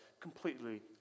completely